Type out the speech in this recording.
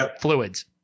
fluids